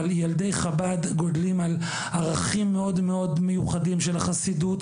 אבל ילדי חב"ד גדלים על ערכים מאוד מיוחדים של החסידות,